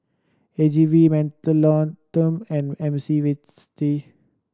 A G V Mentholatum and